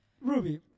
Ruby